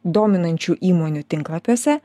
dominančių įmonių tinklapiuose